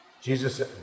Jesus